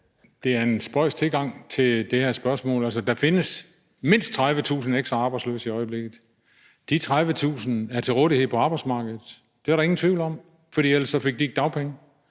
det er en spøjs tilgang til det her spørgsmål. Altså, der findes mindst 30.000 ekstra arbejdsløse i øjeblikket. De 30.000 er til rådighed for arbejdsmarkedet. Det er der ingen tvivl om, for ellers fik de ikke dagpenge.